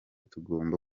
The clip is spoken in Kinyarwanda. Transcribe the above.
tugomba